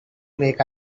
make